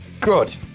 Good